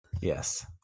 Yes